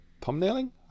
thumbnailing